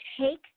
take